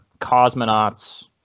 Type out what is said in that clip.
Cosmonauts